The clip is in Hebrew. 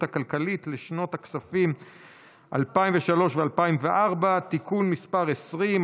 הכלכלית לשנות הכספים 2003 ו-2004) (תיקון מס' 20),